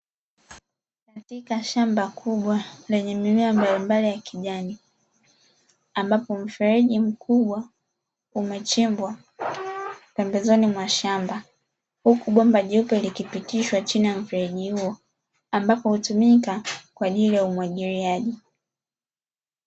Katika shamba kubwa lenye mimea mbalimbali ya kijani, ambapo mfereji mkubwa umechimbwa pembezoni mwa shamba, huku bomba jeupe likipitishwa chini ya mfereji huo ambapo hutumika kwa ajili ya umwagiliaji.